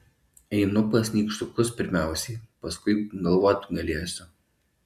einu pas nykštukus pirmiausiai paskui galvot galėsiu